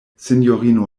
sinjorino